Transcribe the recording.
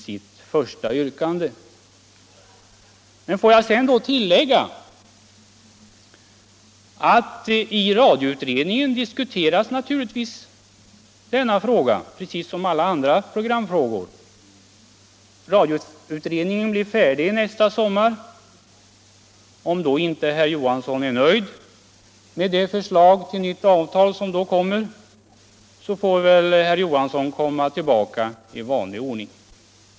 Låt mig emellertid tillägga att i radioutredningen diskuteras denna fråga precis som alla andra programfrågor. Radioutredningen blir färdig nästa sommar. Om herr Johansson inte är nöjd med det förslag till avtal som då läggs fram får väl herr Johansson komma tillbaka i vanlig ordning.